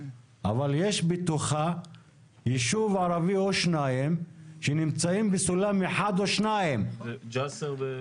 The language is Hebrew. אבל יש בתוכה ישוב ערבי או שניים שנמצאים בסולם 1 או 2. ג'סר.